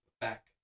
Back